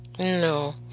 No